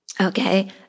okay